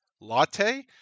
latte